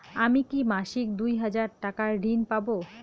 আমি কি মাসিক দুই হাজার টাকার ঋণ পাব?